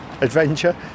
adventure